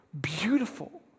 beautiful